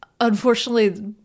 unfortunately